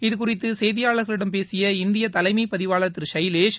இதுகுறித்து செய்தியாளர்களிடம் பேசிய இந்திய தலைமை பதிவாளர் திரு சைலேஷ்